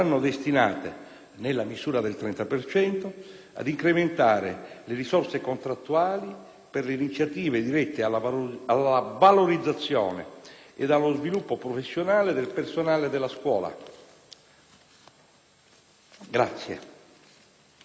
nella misura del 30 per cento, ad incrementare le risorse contrattuali per le iniziative dirette alla valorizzazione ed allo sviluppo professionale del personale della scuola.